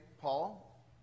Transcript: Paul